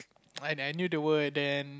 I I knew the word then